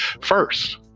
first